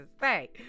say